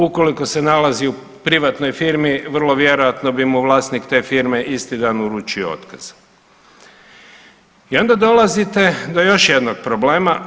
Ukoliko se nalazi u privatnoj firmi, vrlo vjerojatno bi mu vlasnik te firme isti dan uručio otkaz i onda dolazite do još jednog problema.